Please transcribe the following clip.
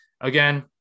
Again